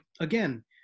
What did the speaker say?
again